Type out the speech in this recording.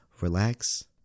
Relax